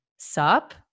sup